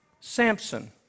Samson